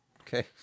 Okay